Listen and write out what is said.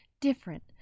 different